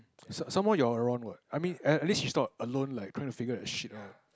some some more you are around what I mean at at least she's not alone like trying to figure that shit out